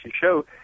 Show